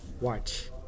watch